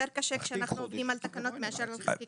יותר קשה כשאנחנו עובדים על תקנות מאשר על חקיקה.